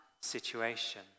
situation